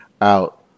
out